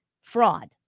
fraud